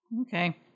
Okay